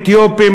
אתיופים,